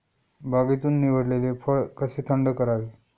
बागेतून निवडलेले फळ कसे थंड करावे?